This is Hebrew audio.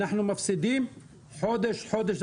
אנחנו מפסידים חודש חודש,